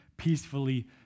peacefully